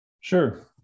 Sure